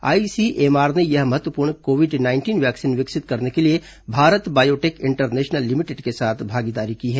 ICMR ने यह महत्वपूर्ण कोविड नाइंटीन वैक्सीन विकसित करने के लिए भारत बायोटेक इंटरनेशनल लिमिटेड के साथ भागीदारी की है